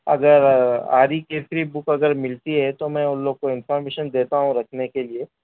اگر آری کیسری بک اگر ملتی ہے تو میں ان لوگ کو انفارمیشن دیتا ہوں رکھنے کے لیے